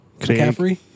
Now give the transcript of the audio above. McCaffrey